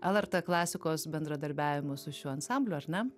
lrt klasikos bendradarbiavimo su šiuo ansambliu ar ne